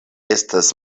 estas